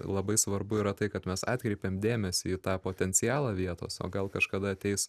labai svarbu yra tai kad mes atkreipėm dėmesį į tą potencialą vietos o gal kažkada ateis